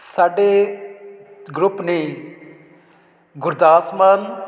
ਸਾਡੇ ਗਰੁੱਪ ਨੇ ਗੁਰਦਾਸ ਮਾਨ